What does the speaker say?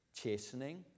chastening